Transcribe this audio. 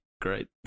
great